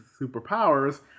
superpowers